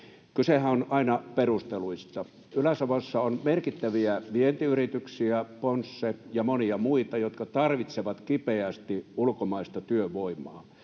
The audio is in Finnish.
Kysehän on aina perusteluista. Ylä-Savossa on merkittäviä vientiyrityksiä, Ponsse ja monia muita, jotka tarvitsevat kipeästi ulkomaista työvoimaa.